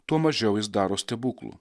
tuo mažiau jis daro stebuklų